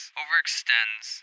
overextends